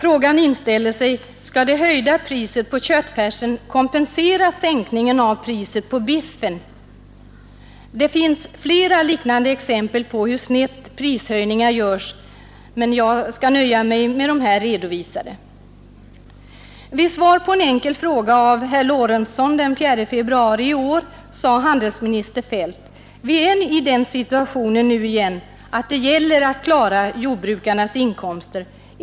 Nu inställer sig frågan: Skall det höjda priset på köttfärsen kompensera sänkningen av priset på biffen? Det finns flera liknande exempel på hur snett prishöjningarna görs, men jag skall nöja mig med de här redovisade. Vid besvarandet av en enkel fråga av herr Lorentzon den 4 februari i år sade handelsminister Feldt: ”Vi är i den situationen nu igen att det gäller att klara jordbrukarnas inkomster.